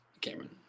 cameron